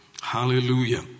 Hallelujah